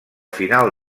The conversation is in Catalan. final